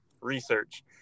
research